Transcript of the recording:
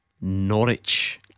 Norwich